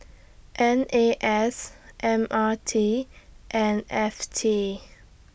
N A S M R T and F T